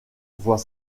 voit